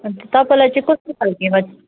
अन्त तपाईँलाई चाहिँ कस्तो खालकोमा